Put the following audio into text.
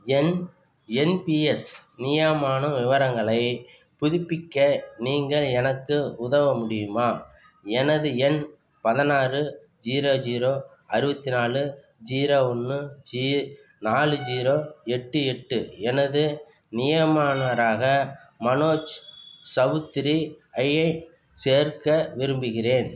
என் NPS நியாமான விவரங்களைப் புதுப்பிக்க நீங்கள் எனக்கு உதவ முடியுமா எனது எண் பதினாறு ஜீரோ ஜீரோ அறுபத்தி நாலு ஜீரோ ஒன்று ஜி நாலு ஜீரோ எட்டு எட்டு எனது நியமனராக மனோஜ் சவுத்ரி ஐயை சேர்க்க விரும்புகிறேன்